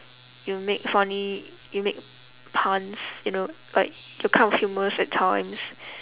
you make funny you make puns you know like you're kind of humurous at times